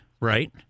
right